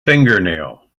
fingernail